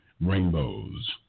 rainbows